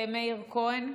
כהן?